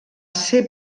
ser